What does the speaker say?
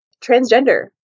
transgender